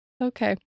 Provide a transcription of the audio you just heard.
Okay